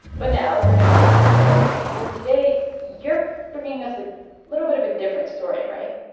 but now we're going to pivot a little because today you're bringing us a little bit of a different story, right?